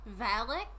Valak